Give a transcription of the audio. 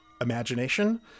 imagination